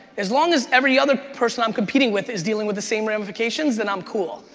as long as every other person i'm competing with is dealing with the same ramifications then i'm cool,